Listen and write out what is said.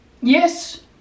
yes